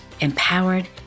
empowered